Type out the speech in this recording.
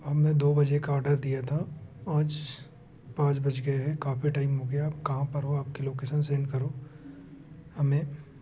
हमने दो बजे का आर्डर दिया था पाँच पाँच बज गए हैं काफी टाइम हो गया आप कहाँ पर हो आपकी लोकेशन सेंड करो हमें